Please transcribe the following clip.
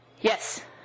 Yes